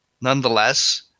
Nonetheless